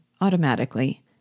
automatically